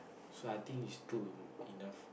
so I think is two enough